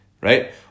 Right